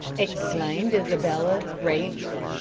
exclaimed isabella, gravely,